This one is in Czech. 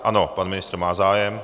Ano, pan ministr má zájem.